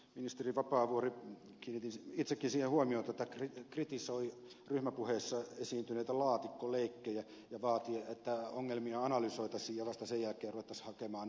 ministeri vapaavuori kiinnitin itsekin siihen huomiota kritisoi ryhmäpuheissa esiintyneitä laatikkoleikkejä ja vaati että ongelmia analysoitaisiin ja vasta sen jälkeen ruvettaisiin hakemaan ratkaisuja niihin